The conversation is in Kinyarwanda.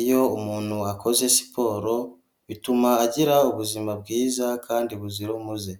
iyo umuntu akoze siporo bituma agira ubuzima bwiza kandi buzira umuze.